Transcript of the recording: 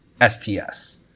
SPS